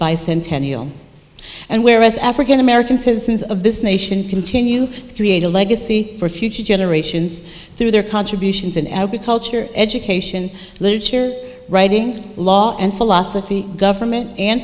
bicentennial and where as african american citizens of this nation continue to create a legacy for future generations through their contributions in education literature writing law and philosophy government and